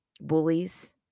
bullies